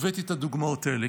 הבאתי את הדוגמאות האלה.